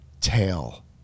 Tail